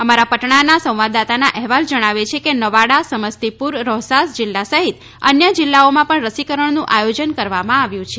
અમારા પટણાના સંવાદદાતાનો અહેવાલ જણાવે છે કે નવાડા સમસ્તીપુર રોહસાસ જિલ્લા સહિત અન્ય જિલ્લાઓમાં પણ રસીકરણનું આયોજન કરવામાં આવ્યું છે